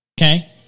Okay